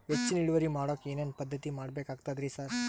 ಹೆಚ್ಚಿನ್ ಇಳುವರಿ ಮಾಡೋಕ್ ಏನ್ ಏನ್ ಪದ್ಧತಿ ಮಾಡಬೇಕಾಗ್ತದ್ರಿ ಸರ್?